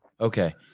Okay